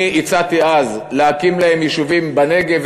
אני הצעתי אז להקים להם יישובים בנגב,